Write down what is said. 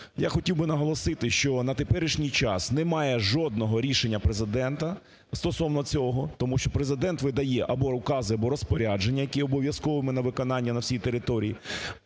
Я хотів би наголосити, що на теперішній час немає жодного рішення Президента стосовно цього, тому що Президент видає або укази, або розпорядження, які є обов'язковими на виконання на всій території,